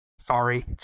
sorry